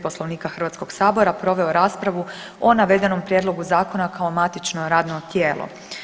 Poslovnika Hrvatskog sabora proveo raspravu o navedenom prijedlogu zakona kao matično radno tijelo.